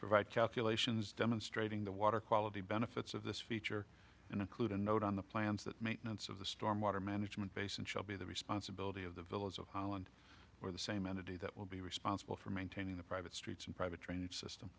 provide calculations demonstrating the water quality benefits of this feature and include a note on the plans that maintenance of the storm water management basin shall be the responsibility of the village of holland or the same entity that will be responsible for maintaining the private streets and private drainage system